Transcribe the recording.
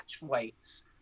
weights